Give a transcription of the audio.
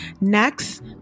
Next